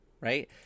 right